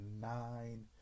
nine